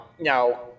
now